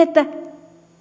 että